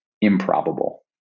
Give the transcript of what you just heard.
improbable